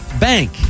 Bank